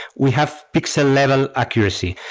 we have pixel level accuracy.